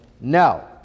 No